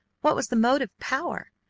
what was the motive power?